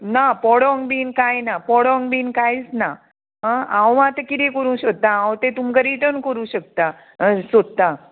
ना पोडोंग बीन कांय ना पोडोंग बीन कांयच ना आं हांव आतां किदें करूंक सोदतां हांव तें तुमकां रिटन करूं शकतां सोदतां